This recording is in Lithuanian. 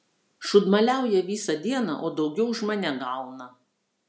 šūdmaliauja visą dieną o daugiau už mane gauna